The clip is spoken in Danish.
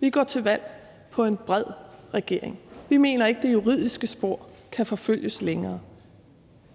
Vi går til valg på en bred regering. Vi mener ikke, det juridiske spor kan forfølges længere.